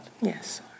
Yes